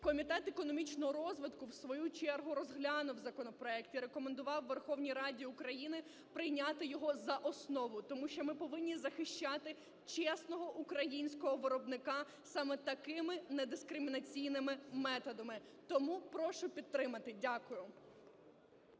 Комітет економічного розвитку в свою чергу розглянув законопроект і рекомендував Верховній Раді України прийняти його за основу, тому що ми повинні захищати чесного українського виробника саме такими, недискримінаційними методами. Тому прошу підтримати. Дякую.